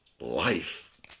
life